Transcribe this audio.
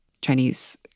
Chinese